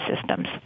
systems